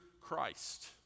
Christ